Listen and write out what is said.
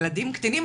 ילדים קטינים.